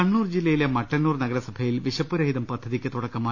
കണ്ണൂർ ജില്ലയിലെ മട്ടന്നൂർ നഗരസഭയിൽ വിശപ്പുരഹിതം പദ്ധ തിക്ക് തുടക്കമായി